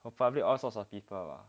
for public all sorts of people lah